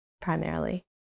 primarily